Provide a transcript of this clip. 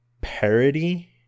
parody